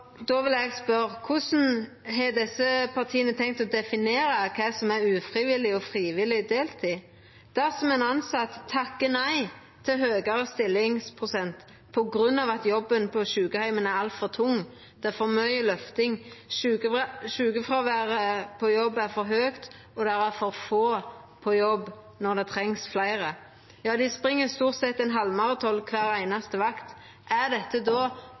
Då vil eg spørja: Korleis har desse partia tenkt å definera kva som er ufrivillig og frivillig deltid? Dersom ein tilsett takkar nei til høgare stillingsprosent på grunn av at jobben på sjukeheimen er altfor tung, det er for mykje løfting, sjukefråværet er for høgt, og det er for få på jobb når det trengst fleire – ja, dei spring stort sett ein halvmaraton kvar einaste vakt – er dette då